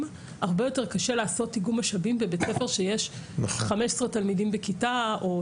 הרבה יותר קשה לעשות איגום משאבים בבית ספר שיש בו 15 או 17